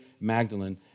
Magdalene